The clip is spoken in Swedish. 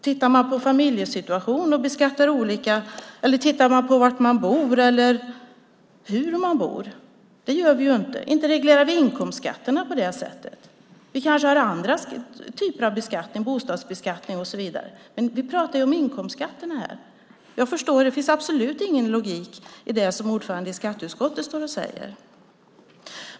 Tittar vi på familjesituation och beskattar olika, eller tittar vi på var människor bor eller hur de bor? Det gör vi inte. Vi reglerar inte inkomstskatterna på det sättet. Vi kanske har andra typer av beskattning, bostadsbeskattning och så vidare. Men vi talar om inkomstskatterna här. Det finns absolut ingen logik i det som ordföranden i skatteutskottet står och säger.